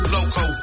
Loco